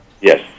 Yes